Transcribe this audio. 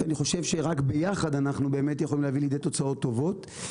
שאני חושב שרק ביחד אנחנו באמת יכולים להביא לידי תוצאות טובות.